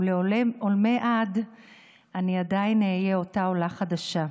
לעולמי עד אני עדיין אהיה אותה עולה חדשה.